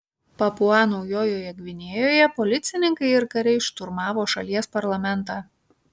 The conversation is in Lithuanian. papua naujojoje gvinėjoje policininkai ir kariai šturmavo šalies parlamentą